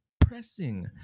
pressing